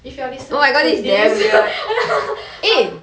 if you are listening to this !huh!